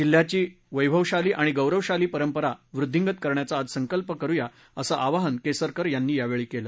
जिल्ह्याची वैभवशाली आणि गौरवशाली परंपरा वृद्धींगत करण्याचा आज संकल्प करुया अस आवाहन केसरकर यांनी याप्रसंगी बोलताना केलं